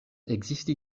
ekzisti